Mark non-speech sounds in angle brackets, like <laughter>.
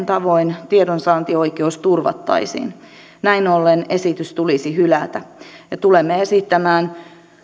<unintelligible> tavoin tiedonsaantioikeus turvattaisiin näin ollen esitys tulisi hylätä tulemme esittämään